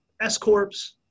S-corps